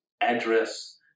address